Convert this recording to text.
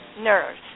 nurse